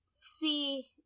see